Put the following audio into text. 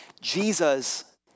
Jesus